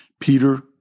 Peter